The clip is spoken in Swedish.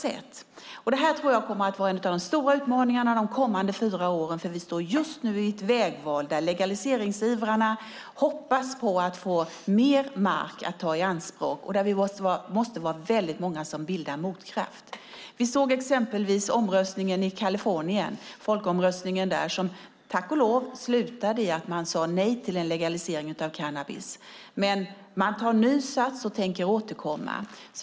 Jag tror att det kommer att vara en av de stora utmaningarna under de kommande fyra åren, för vi står nu vid ett vägval där legaliseringsivrarna hoppas kunna ta mer mark i anspråk. Därför måste vi vara många som bildar en motkraft till det. Vi hade nyligen folkomröstningen i Kalifornien som, tack och lov, slutade med att man sade nej till en legalisering av cannabis. Men förespråkarna för en legalisering tar ny sats och tänker återkomma.